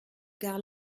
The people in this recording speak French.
gars